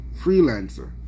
freelancer